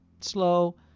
slow